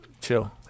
Chill